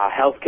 healthcare